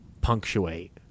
punctuate